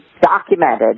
documented